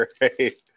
right